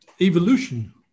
evolution